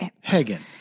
Hagen